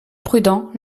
prudent